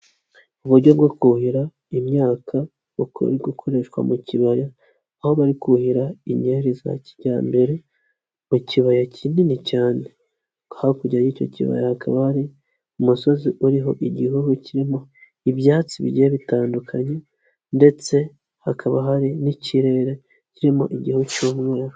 Uburyo bwo kuhira imyaka buri gukoreshwa mu kibaya aho bari kuhira inkyeri za kijyambere mu kibaya kinini cyane, hakurya y'icyo kibayaba hakaba hari umusozi uriho igihuru kirimo ibyatsi bigiye bitandukanye ndetse hakaba hari n'ikirere kirimo igihu cy'umweru.